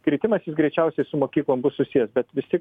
kritimas jis greičiausiai su mokyklom bus susijęs bet vis tik